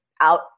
out